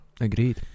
Agreed